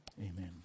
amen